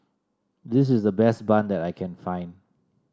this is the best bun that I can find